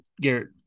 Garrett